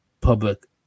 public